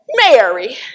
Mary